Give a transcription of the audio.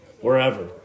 wherever